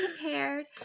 prepared